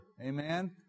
amen